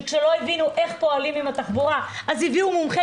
כשלא הבינו איך פועלים עם התחבורה אז הביאו מומחה